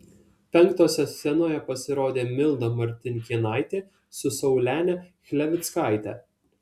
penktosios scenoje pasirodė milda martinkėnaitė su saulene chlevickaite